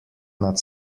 nad